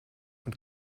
und